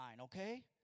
okay